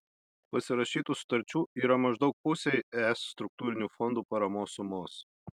pasirašytų sutarčių yra maždaug pusei es struktūrinių fondų paramos sumos